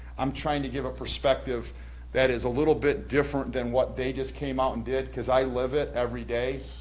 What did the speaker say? i'm trying to give a perspective that is a little bit different than what they just came out and did, cause i live it every day,